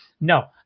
No